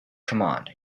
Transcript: command